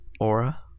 aura